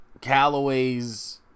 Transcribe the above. Callaway's